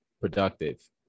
productive